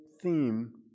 theme